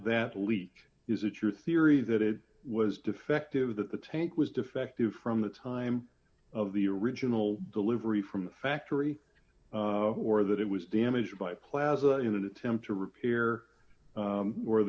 that leak is it your theory that it was defective that the tank was defective from the time of the original delivery from the factory or that it was damaged by plaza in an attempt to repair